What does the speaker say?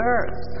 earth